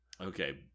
Okay